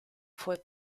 fue